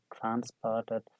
transported